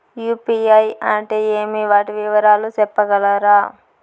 UPI అంటే ఏమి? వాటి వివరాలు సెప్పగలరా?